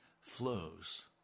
flows